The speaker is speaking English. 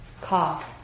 cough